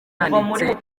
yanditse